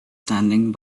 standing